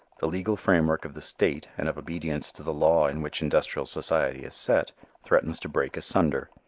the legal framework of the state and of obedience to the law in which industrial society is set threatens to break asunder.